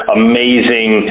amazing